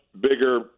bigger